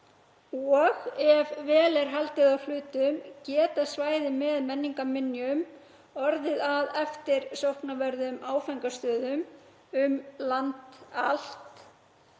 og ef vel er haldið á hlutum geta svæði með menningarminjum orðið að eftirsóknarverðum áfangastöðum um land allt.